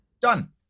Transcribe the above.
Done